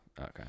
Okay